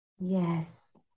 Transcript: Yes